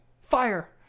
Fire